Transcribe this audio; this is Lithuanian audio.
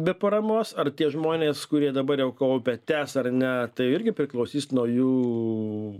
be paramos ar tie žmonės kurie dabar jau kaupia tęs ar ne tai irgi priklausys nuo jų